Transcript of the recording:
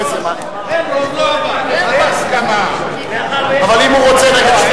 חבר הכנסת